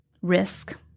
risk